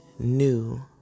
New